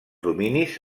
dominis